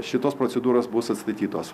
šitos procedūros bus atstatytos